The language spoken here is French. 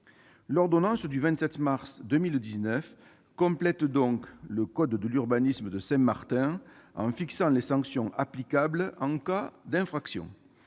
L'ordonnance du 27 mars 2019 complète donc le code de l'urbanisme de Saint-Martin en fixant les sanctions applicables en cas d'infraction.